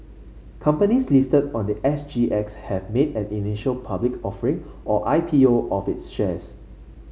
companies listed on the S G X have made an initial public offering or I P O of its shares